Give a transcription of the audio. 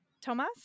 Thomas